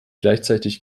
gleichzeitig